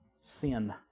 sin